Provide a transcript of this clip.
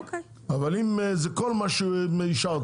אבל אם זה כל מה שאישרתם,